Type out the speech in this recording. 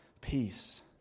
peace